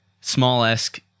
small-esque